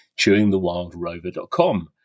chewingthewildrover.com